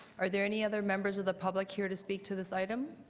are there any other members of the public here to speak to this item?